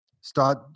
start